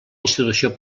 institució